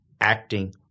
acting